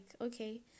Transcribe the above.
okay